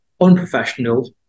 unprofessional